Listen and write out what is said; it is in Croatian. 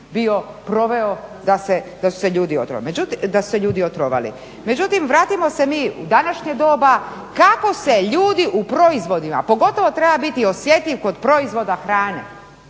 bio proveo da su se ljudi otrovali. Međutim, vratimo se mi u današnje doba kako se ljudi u proizvodima, pogotovo treba biti osjetljiv kod proizvoda hrane